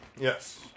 Yes